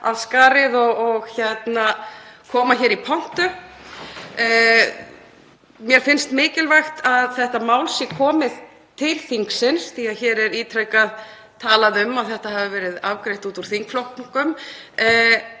af skarið og koma hér í pontu. Mér finnst mikilvægt að þetta mál sé komið til þingsins því að hér er ítrekað talað um að þetta hafi verið afgreitt út úr þingflokkum.